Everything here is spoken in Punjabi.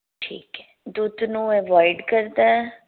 ਠੀਕ ਹੈ ਦੁੱਧ ਨੂੰ ਅਵੋਆਈਡ ਕਰਦਾ